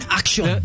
action